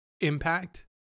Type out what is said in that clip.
impact